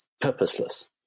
purposeless